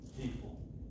people